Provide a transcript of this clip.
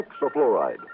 hexafluoride